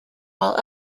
while